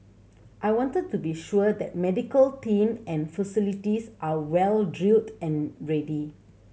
I wanted to be sure that medical team and facilities are well drilled and ready